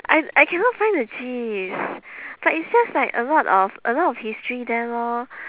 I I cannot find the gist but it's just like a lot of a lot of history there lor